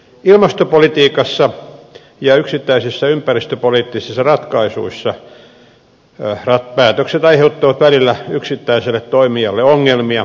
ilmastopolitiikassa ja yksittäisissä ympäristöpoliittisissa ratkaisuissa päätökset aiheuttavat välillä yksittäiselle toimijalle ongelmia